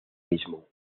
mismo